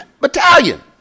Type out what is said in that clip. Battalion